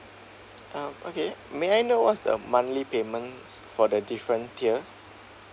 uh okay may I know what's the monthly payments for the different tiers